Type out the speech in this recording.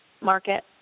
market